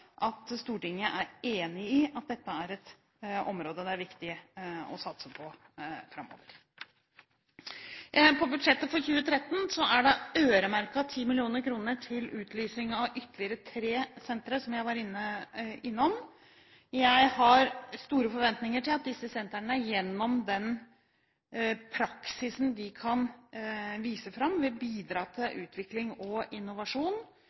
at Stortinget er enig i at dette er et område det er viktig å satse på framover. På budsjettet for 2013 er det øremerket 10 mill. kr til utlysning av ytterligere tre sentre – som jeg var innom. Jeg har store forventninger til at disse sentrene gjennom den praksisen de kan vise fram, vil bidra til utvikling og innovasjon